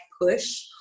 push